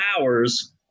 hours